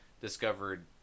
discovered